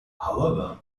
however